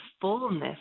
fullness